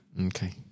Okay